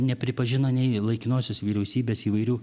nepripažino nei laikinosios vyriausybės įvairių